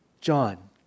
John